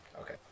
Okay